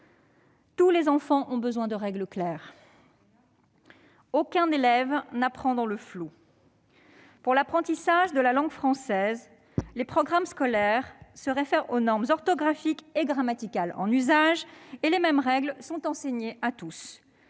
Tous les enfants ont besoin de règles claires. Aucun élève n'apprend dans le flou. Pour l'apprentissage de la langue française, les programmes scolaires se réfèrent aux normes orthographiques et grammaticales en usage, et les mêmes règles sont enseignées à tous.